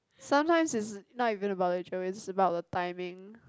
sometimes it's not even about the travel it's just about the timing